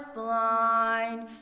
blind